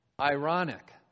ironic